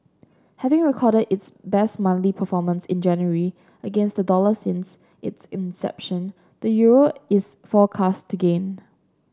having recorded its best monthly performance in January against the dollar since its inception the euro is forecast to gain